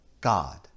God